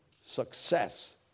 success